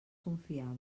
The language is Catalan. confiava